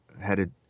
headed